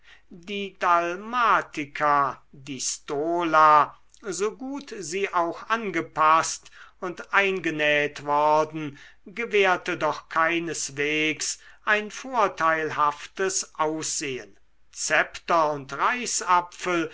die dalmatika die stola so gut sie auch angepaßt und eingenäht worden gewährte doch keineswegs ein vorteilhaftes aussehen szepter und reichsapfel